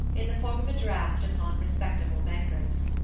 in the form of a draft upon respectable bankers.